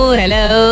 hello